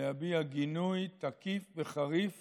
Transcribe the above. להביע גינוי תקיף וחריף